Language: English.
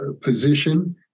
position